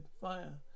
Fire